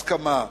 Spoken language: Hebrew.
הסכמה.